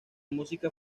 música